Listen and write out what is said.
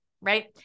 right